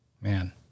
Man